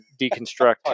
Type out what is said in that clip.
Deconstruct